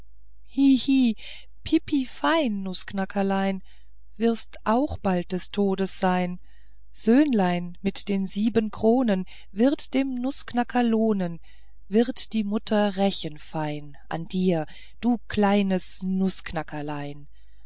pipi fein nußknackerlein wirst auch bald des todes sein söhnlein mit den sieben kronen wird's dem nußknacker lohnen wird die mutter rächen fein an dir du klein